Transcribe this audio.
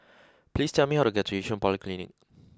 please tell me how to get to Yishun Polyclinic